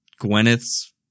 gwyneth's